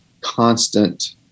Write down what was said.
constant